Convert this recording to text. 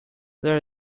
there